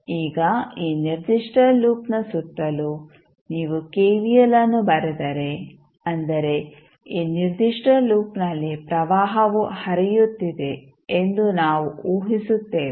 ಈಗ ಈ ನಿರ್ದಿಷ್ಟ ಲೂಪ್ನ ಸುತ್ತಲೂ ನೀವು ಕೆವಿಎಲ್ ಅನ್ನು ಬರೆದರೆ ಅಂದರೆ ಈ ನಿರ್ದಿಷ್ಟ ಲೂಪ್ನಲ್ಲಿ ಪ್ರವಾಹವು ಹರಿಯುತ್ತಿದೆ ಎಂದು ನಾವು ಊಹಿಸುತ್ತೇವೆ